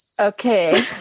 okay